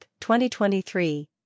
2023